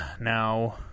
now